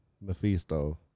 Mephisto